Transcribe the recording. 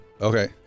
Okay